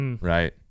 Right